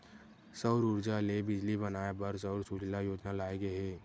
सउर उरजा ले बिजली बनाए बर सउर सूजला योजना लाए गे हे